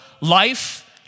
life